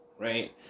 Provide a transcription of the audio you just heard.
right